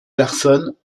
larsson